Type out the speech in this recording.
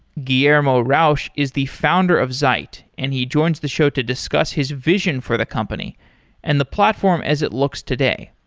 guillermo rauch is the founder of zeit and he joins the show to discuss his vision for the company and the platform as it looks today.